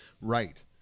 right